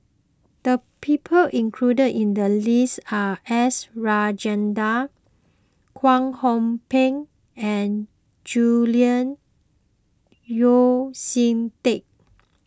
the people included in the list are S Rajendran Kwek Hong Png and Julian Yeo See Teck